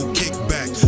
kickback